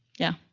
yeah,